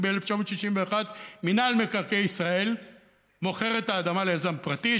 כי ב-1961 מינהל מקרקעי ישראל מוכר את האדמה ליזם פרטי,